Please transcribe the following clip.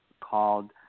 called